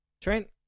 Trent